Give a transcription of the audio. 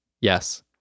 Yes